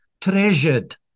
treasured